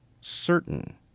certain